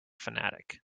fanatic